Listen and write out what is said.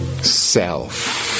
self